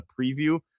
preview